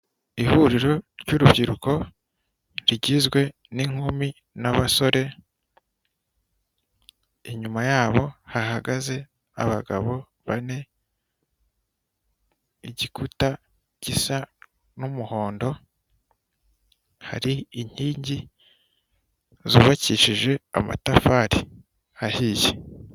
Ihuriro ry'urubyiruko rigizwe n'inkumi n'abasore, inyuma yabo hahagaze abagabo bane, igikuta gisa n'umuhondo, hari inkingi zubakishije amatafari ahiye.